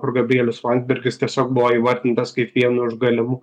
kur gabrielius landsbergis tiesiog buvo įvardintas kaip vienu iš galimų